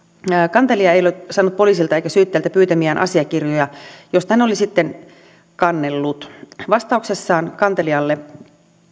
kantelija ei ole saanut poliisilta eikä syyttäjältä pyytämiään asiakirjoja mistä hän oli sitten kannellut vastauksessa kantelijalle